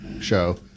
show